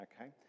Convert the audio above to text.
Okay